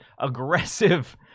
aggressive